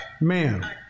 Man